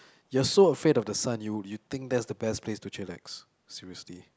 you're so afraid of the sun you you think that's the best place to chillax seriously